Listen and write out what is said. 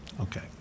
Okay